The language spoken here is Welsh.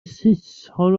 saeson